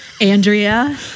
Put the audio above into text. Andrea